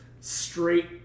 straight